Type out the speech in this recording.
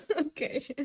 Okay